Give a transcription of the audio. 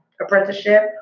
apprenticeship